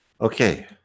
Okay